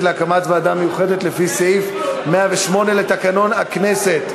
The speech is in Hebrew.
להקמת ועדה מיוחדת לפי סעיף 108 לתקנון הכנסת.